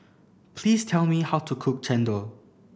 please tell me how to cook Chendol